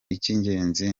icy’ingenzi